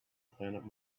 planet